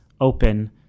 open